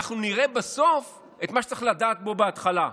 אנחנו נראה בסוף את מה שצריך לדעת בהתחלה.